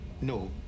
no